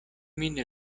min